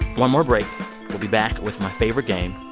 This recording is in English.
one more break we'll be back with my favorite game,